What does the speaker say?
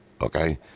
okay